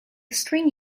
string